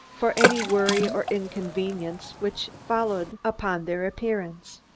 for any worry or inconvenience which followed upon their appearance.